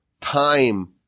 time